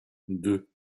deux